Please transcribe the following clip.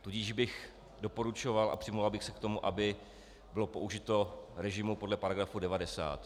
Tudíž bych doporučoval a přimlouval bych se za to, aby bylo použito režimu podle § 90.